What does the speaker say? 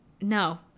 No